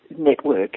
network